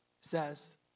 says